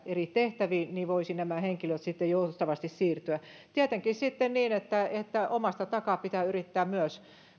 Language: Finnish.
eri tehtäviin ja nämä henkilöt voisivat sitten joustavasti siirtyä niihin tietenkin sitten niin että että omasta takaa pitää yrittää myös